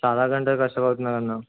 చాలా గంటలు కష్టపడుతున్నా అన్నా